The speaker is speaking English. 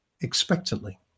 expectantly